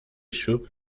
sub